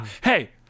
Hey